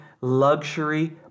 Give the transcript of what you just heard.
luxury